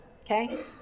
okay